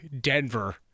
Denver